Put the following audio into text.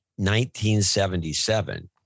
1977